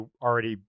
already